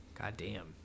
Goddamn